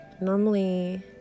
normally